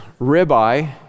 ribeye